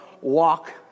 walk